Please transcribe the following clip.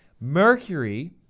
Mercury